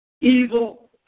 Evil